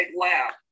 lab